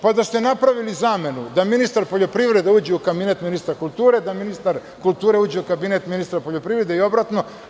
Pa, da ste napravili zamenu, da ministar poljoprivrede uđe u kabinet ministra kulture, da ministar kulture uđe u kabinet ministra poljoprivrede i obratno.